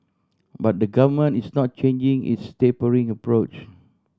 but the Government is not changing its tapering approach